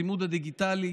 הצימוד הדיגיטלי.